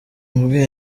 bwe